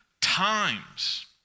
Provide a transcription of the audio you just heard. times